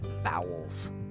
vowels